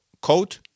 code